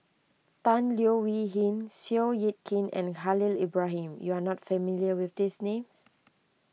Tan Leo Wee Hin Seow Yit Kin and Khalil Ibrahim you are not familiar with these names